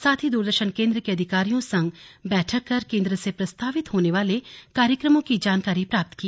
साथ ही दूरदर्शन केंद्र के अधिकारियों संग बैठक कर केंद्र से प्रसारित होने वाले कार्यक्रमों की जानकारी प्राप्त की